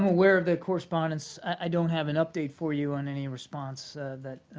aware of the correspondence. i don't have an update for you on any response that